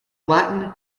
latin